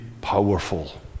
powerful